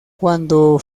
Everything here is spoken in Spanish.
cuando